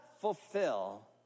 fulfill